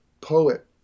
poet